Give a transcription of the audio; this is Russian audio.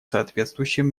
соответствующим